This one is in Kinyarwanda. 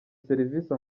serivisi